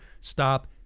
stop